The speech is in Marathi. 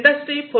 इंडस्ट्री 4